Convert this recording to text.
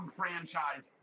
franchise